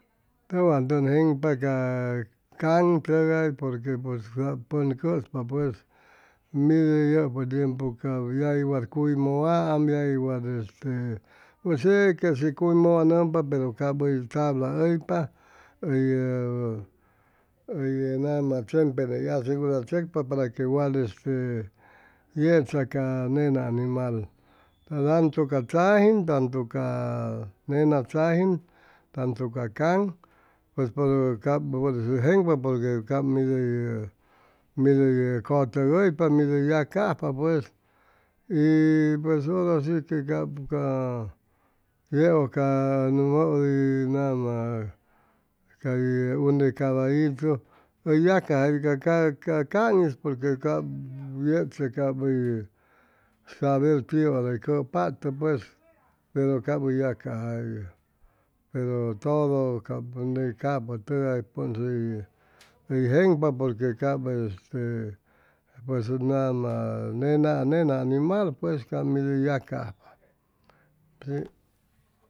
Tʉwan tʉn jeŋpa ca caŋtʉgay porque pues cap pʉn cʉspa pues yʉpʉ tiempu yagui wat cuy mʉwaam yagui wat este cuy mʉwanʉmpa pero cap hʉy tabla hʉypa hʉy ʉ hʉy nama siemre hʉy asegurachʉcpa para que wat este yecha ca nena animal tantu ca tzajin tantu ca nena tzajin tantu ca caŋ pues por jenpa porque cap mid hʉy mid hʉy cʉtʉgʉypa mid hʉy yacajpa pues y pues hora si que cap yeʉj can mʉut hʉy nama cay une caballitu hʉy yacajayʉ ca ca can'is porque cap yechʉ cap hʉy sabe tiʉ hʉra hʉy cʉpatʉ pues pero aphʉy yacajayʉ pero todo ney capʉtʉgay pun'is hʉy jeŋpa porque cap este pues nama nena animal cap mi di yacajpa